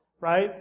right